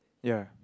ya